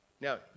Now